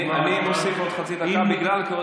ויהיו מסקנות אמיתיות ובעלות עומק,